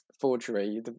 forgery